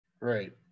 Right